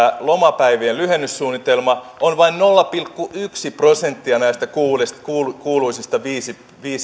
lomapäivien lyhennyssuunnitelma on vain nolla pilkku yksi prosenttia näistä kuuluisista viisi